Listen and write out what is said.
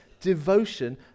devotion